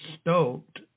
stoked